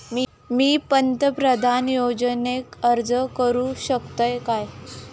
मी पंतप्रधान योजनेक अर्ज करू शकतय काय?